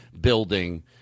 building